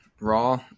Raw